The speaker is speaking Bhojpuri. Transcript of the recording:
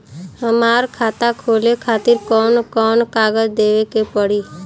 हमार खाता खोले खातिर कौन कौन कागज देवे के पड़ी?